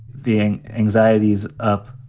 the anxiety's up,